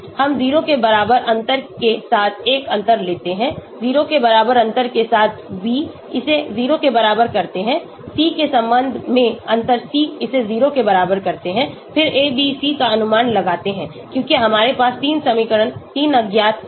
हम 0 के बराबर अंतर के साथ एक अंतर लेते हैं 0 के बराबर अंतर के साथ b इसे 0 के बराबर करते हैं c के संबंध में अंतर c इसे 0 के बराबर करते हैं फिर a b c का अनुमान लगाते हैं क्योंकि हमारे पास 3 समीकरण 3 अज्ञात हैं